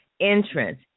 entrance